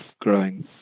growing